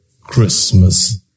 Christmas